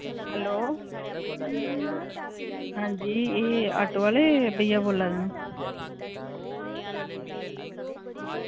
hello आं जी एह् ऑटो आह्ले भइया बोल्ला दे न